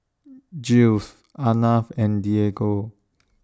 Jules Arnav and Diego